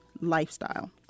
lifestyle